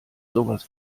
sowas